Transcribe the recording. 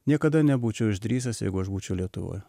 niekada nebūčiau išdrįsęs jeigu aš būčiau lietuvoj